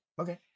Okay